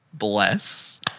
Bless